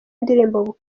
ndirimbo